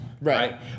Right